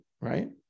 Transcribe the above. right